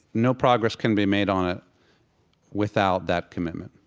no progress can be made on it without that commitment.